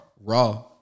raw